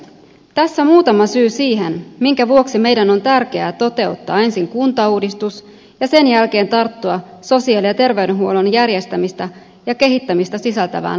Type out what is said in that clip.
tässä muutama syy siihen minkä vuoksi meidän on tärkeää toteuttaa ensin kuntauudistus ja sen jälkeen tarttua sosiaali ja terveydenhuollon järjestämistä ja kehittämistä sisältävään lakiin